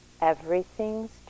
Everything's